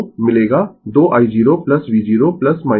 तो मिलेगा 2 i0 v0 6 मेरा मतलब है यह एक ठीक है